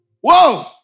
Whoa